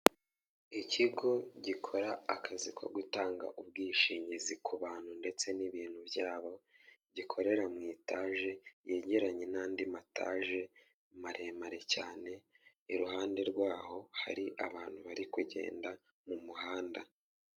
Ikigo gikora akazi ko gutanga ubwishingizi ku bantu ndetse n'ibintu byabo, gikorera mu etage yegeranye n'andi matage maremare cyane. Iruhande rwaho, hari abantu bari kugenda mu muhanda.